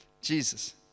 Jesus